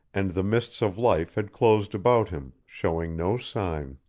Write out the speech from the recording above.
and the mists of life had closed about him, showing no sign.